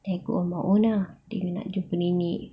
then I go on my own ah then nak jumpa nenek